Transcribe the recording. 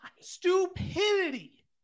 stupidity